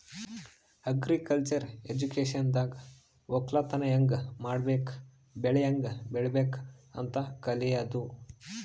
agriculture ಎಜುಕೇಶನ್ದಾಗ್ ವಕ್ಕಲತನ್ ಹ್ಯಾಂಗ್ ಮಾಡ್ಬೇಕ್ ಬೆಳಿ ಹ್ಯಾಂಗ್ ಬೆಳಿಬೇಕ್ ಅಂತ್ ಕಲ್ಯಾದು